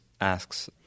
asks